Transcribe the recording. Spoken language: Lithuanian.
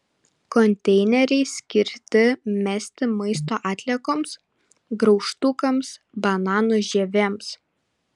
konteineriai skirti mesti maisto atliekoms graužtukams bananų žievėms